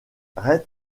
red